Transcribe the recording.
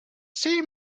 see